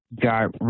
got